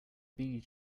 bee